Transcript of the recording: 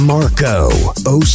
Marco